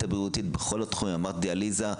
הבריאותית בכל התחומים אמרת דיאליזה,